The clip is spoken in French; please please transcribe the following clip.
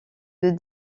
deux